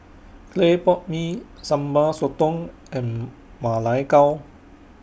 Clay Pot Mee Sambal Sotong and Ma Lai Gao